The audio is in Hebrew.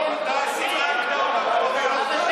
בואו נעשה תמונה קבוצתית.